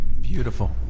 Beautiful